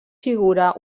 figura